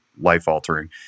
life-altering